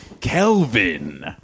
Kelvin